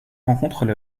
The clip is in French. rencontrent